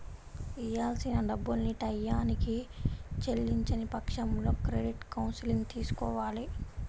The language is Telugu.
ఇయ్యాల్సిన డబ్బుల్ని టైయ్యానికి చెల్లించని పక్షంలో క్రెడిట్ కౌన్సిలింగ్ తీసుకోవాలి